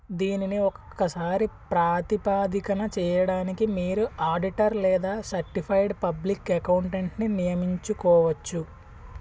దీనిని ఒక్కసారి ప్రాతిపాదికన చేయడానికి మీరు ఆడిటర్ లేదా సర్టిఫైడ్ పబ్లిక్ అకౌంటెంట్ని నియమించుకోవచ్చు